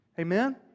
amen